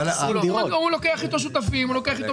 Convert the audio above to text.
הוא לוקח אתו שותפים הוא לוקח אתו